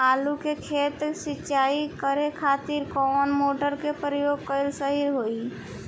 आलू के खेत सिंचाई करे के खातिर कौन मोटर के प्रयोग कएल सही होई?